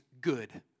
good